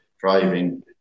driving